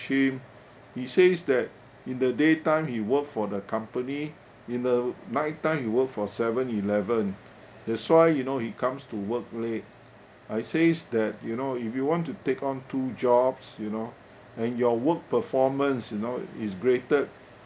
him he says that in the daytime he work for the company in the night-time he work for 7-Eleven that's why you know he comes to work late I says that you know if you want to take on two jobs you know and your work performance you know is graded